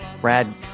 Brad